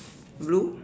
blue